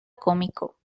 cómico